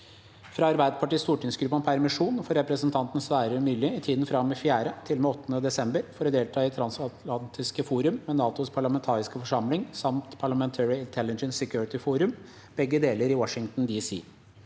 fra Arbeiderpartiets stortingsgruppe om permisjon for representanten Sverre Myrli i tiden fra og med 4. til og med 8. desember for å delta i Transatlantisk forum med NATOs parlamentariske forsamling samt Parliamentary Intelligence-Security Forum – begge deler i Washington D.C.